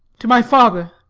to my father.